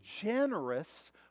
generous